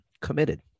committed